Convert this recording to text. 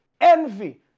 envy